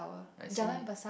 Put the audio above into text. I see